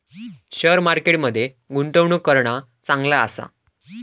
share market मध्ये गुंतवणूक करणा चांगला आसा